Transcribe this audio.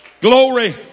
Glory